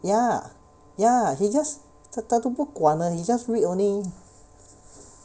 ya ya he just 他他都不管的 he just read only